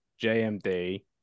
JMD